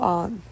on